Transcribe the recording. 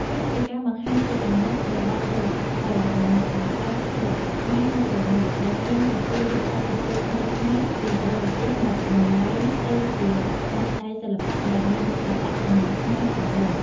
វាជាការបង្ហាញពីគំនិត របស់សិល្បករ និងអ្នកបង្កើតសិល្បៈខ្មែរនៅពេលនោះ ដែលហ៊ានទទួលយកឥទ្ធិពលថ្មីៗពីបរទេសមកបំប្លែងទៅជាស្នាដៃសិល្បៈដែលមានអត្តសញ្ញាណខ្មែរច្បាស់លាស់។